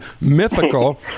mythical